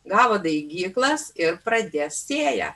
gavo daigyklas ir pradės sėją